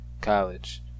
college